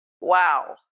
Wow